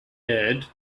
aired